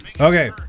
Okay